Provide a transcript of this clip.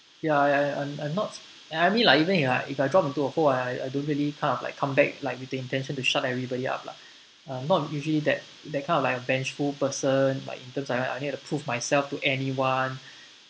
ya I I I'm not ya mean like even if I if I drop into a hole ah I I don't really kind of like come back lah everything with the intention to shut everybody up lah uh not usually that that kind of like a vengeful person like in terms I don't need to prove myself to anyone